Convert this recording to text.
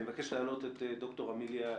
אני מבקש להעלות את ד"ר אמיליה אניס,